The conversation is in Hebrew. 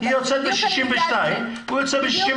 היא יוצאת ב-62, הוא יוצא ב-67.